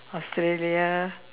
australia